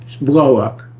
Blow-up